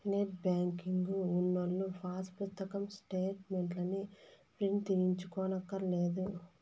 net banking ఉన్నోల్లు pass పుస్తకం స్టేటు మెంట్లుని ప్రింటు తీయించుకోనక్కర్లే